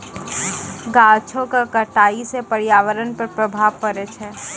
गाछो क कटाई सँ पर्यावरण पर प्रभाव पड़ै छै